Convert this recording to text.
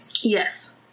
Yes